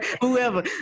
whoever